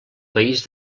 país